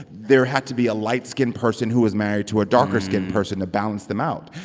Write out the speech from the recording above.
there had to be a light-skin person who was married to a darker-skin person to balance them out.